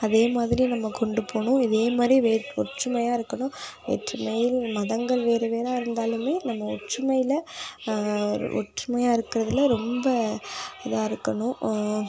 அதே மாதிரி நம்ம கொண்டு போகணும் இதே மாதிரி வேற் ஒற்றுமையாக இருக்கணும் வேற்றுமையில் மதங்கள் வேறு வேறாக இருந்தாலும் நம்ம ஒற்றுமையில் ஒற்றுமையாக இருக்கறதில் ரொம்ப இதாக இருக்கணும்